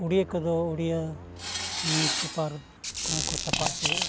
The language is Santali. ᱩᱲᱭᱟᱹ ᱠᱚᱫᱚ ᱩᱲᱭᱟᱹ ᱱᱤᱭᱩᱡᱽᱯᱮᱯᱟᱨ ᱠᱚᱦᱚᱸ ᱠᱚ ᱪᱷᱟᱯᱟ ᱦᱚᱪᱚᱭᱮᱜᱼᱟ